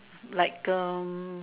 like um